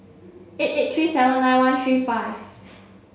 eight eight three seven nine one three five